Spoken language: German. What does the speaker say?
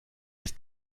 ist